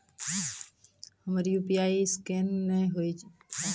हमर यु.पी.आई ईसकेन नेय हो या?